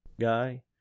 guy